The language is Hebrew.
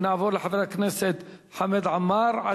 ונעבור לחבר הכנסת חמד עמאר,